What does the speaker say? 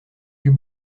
plus